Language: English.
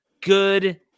good